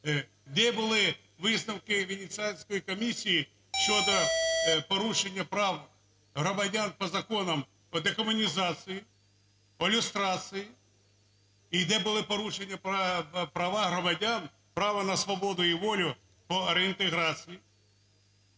де були висновки Венеційської комісії щодо порушення прав громадян по законам по декомунізації, по люстрації, і де були порушення про права громадян право на свободу і волю по реінтеграції?